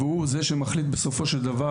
והוא זה שמחליט בסופו של דבר,